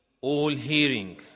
all-hearing